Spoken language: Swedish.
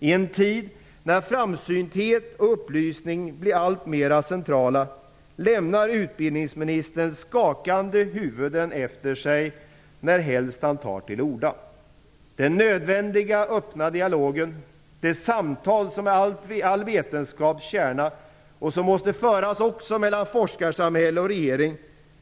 I en tid när framsynthet och upplysning blir alltmer centrala lämnar utbildningsministern skakande huvuden efter sig närhelst han tar till orda. Den nödvändiga öppna dialogen, det samtal som är all vetenskaps kärna och som måste föras också mellan forskarsamhälle och regering,